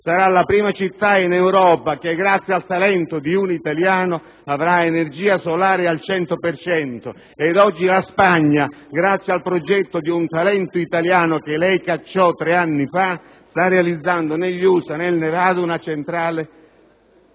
sarà la prima città in Europa che, grazie al talento di un italiano, avrà energia solare al cento per cento. Oggi, grazie al progetto di un talento italiano che lei cacciò tre anni fa, si sta realizzando negli USA, e precisamente